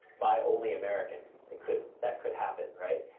buy only american, it could, that could happen, right?